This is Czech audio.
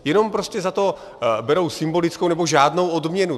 Jenom prostě za to berou symbolickou nebo žádnou odměnu.